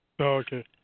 Okay